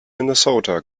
minnesota